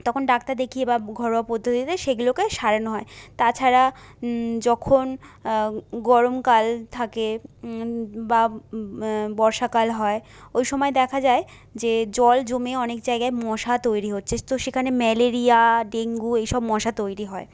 তখন ডাক্তার দেখিয়ে বা ঘরোয়া পদ্ধতিতে সেগুলোকে সারানো হয় তাছাড়া যখন গরমকাল থাকে বা বর্ষাকাল হয় ওই সময় দেখা যায় যে জল জমে অনেক জায়গায় মশা তৈরি হচ্ছে তো সেখানে ম্যালেরিয়া ডেঙ্গু এই সব মশা তৈরি হয়